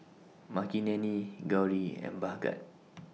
Makineni Gauri and Bhagat